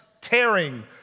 tearing